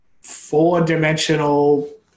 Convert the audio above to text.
four-dimensional